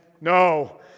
no